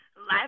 life